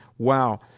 Wow